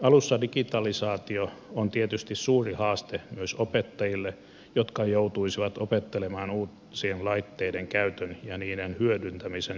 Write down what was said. alussa digitalisaatio on tietysti suuri haaste myös opettajille jotka joutuisivat opettelemaan uusien laitteiden käytön ja niiden hyödyntämisen opetuksessa